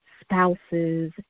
spouses